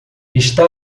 está